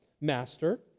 Master